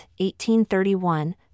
1831